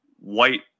white